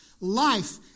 life